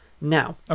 Now